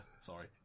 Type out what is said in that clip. Sorry